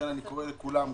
אני קורא לכולם,